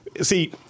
See